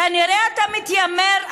כנראה אתה מתיימר,